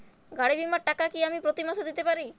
গাড়ী বীমার টাকা কি আমি প্রতি মাসে দিতে পারি?